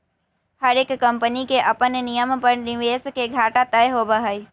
हर एक कम्पनी के अपन नियम पर निवेश के घाटा तय होबा हई